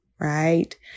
Right